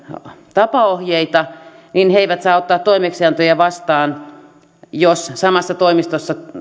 tapaohjeita että he eivät saa ottaa toimeksiantoja vastaan jos samassa toimistossa